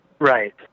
right